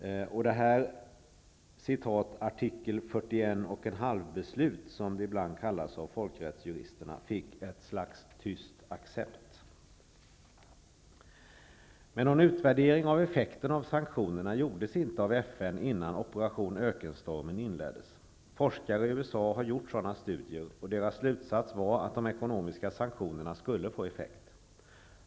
Detta ''artikel 41 1/2-beslut'', som det ibland kallas av folkrättsjuristerna, fick ett slags tyst accept. Någon utvärdering av effekten av sanktionerna gjordes inte av FN innan Operation ökenstormen inleddes. Forskare i USA har gjort sådana studier, och deras slutsats var att de ekonomiska sanktionerna skulle få effekt.